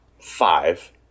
five